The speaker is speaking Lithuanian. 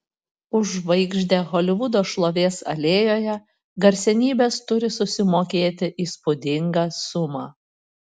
už žvaigždę holivudo šlovės alėjoje garsenybės turi susimokėti įspūdingą sumą